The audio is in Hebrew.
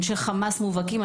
מדובר באנשי חמאס מובהקים.